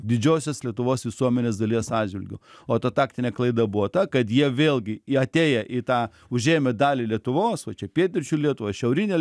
didžiosios lietuvos visuomenės dalies atžvilgiu o ta taktinė klaida buvo ta kad jie vėlgi į atėję į tą užėmę dalį lietuvos o čia pietryčių lietuvą šiaurinę